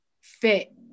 fit